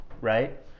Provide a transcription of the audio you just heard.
right